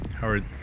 Howard